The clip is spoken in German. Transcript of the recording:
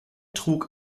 trug